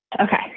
Okay